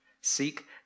seek